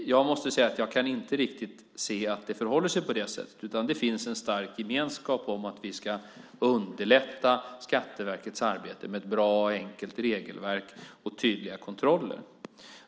Jag måste säga att jag inte riktigt kan se att det förhåller sig på det sättet, utan det finns en stark gemenskap i fråga om att vi ska underlätta Skatteverkets arbete med ett bra och enkelt regelverk och tydliga kontroller.